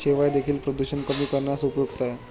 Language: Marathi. शेवाळं देखील प्रदूषण कमी करण्यास उपयुक्त आहे